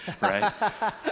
Right